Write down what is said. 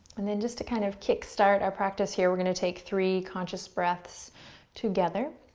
and then just to kind of kick start our practice here, we're going to take three conscious breaths together.